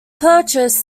purchase